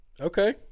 Okay